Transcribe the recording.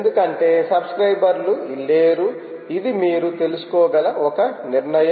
ఎందుకంటే సబ్స్క్రయిబర్ లు లేరు ఇది మీరు తీసుకోగల ఒక నిర్ణయం